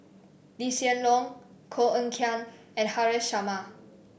Lee Hsien Loong Koh Eng Kian and Haresh Sharma